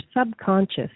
subconscious